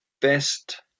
best